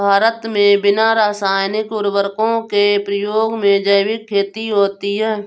भारत मे बिना रासायनिक उर्वरको के प्रयोग के जैविक खेती होती है